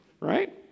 right